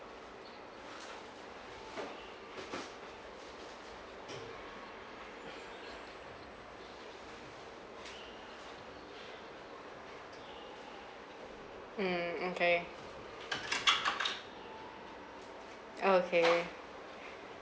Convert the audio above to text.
mm mm K oh okay